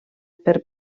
per